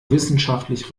wissenschaftlich